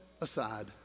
aside